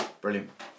Brilliant